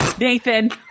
Nathan